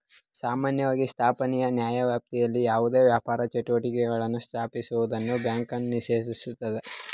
ಸಾಮಾನ್ಯವಾಗಿ ಸ್ಥಾಪನೆಯ ನ್ಯಾಯವ್ಯಾಪ್ತಿಯಲ್ಲಿ ಯಾವುದೇ ವ್ಯಾಪಾರ ಚಟುವಟಿಕೆಗಳನ್ನ ಸ್ಥಾಪಿಸುವುದನ್ನ ಬ್ಯಾಂಕನ್ನ ನಿಷೇಧಿಸುತ್ತೆ